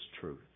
truth